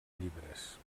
llibres